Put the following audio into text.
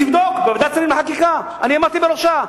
תבדוק בוועדת שרים לחקיקה, אני עמדתי בראשה.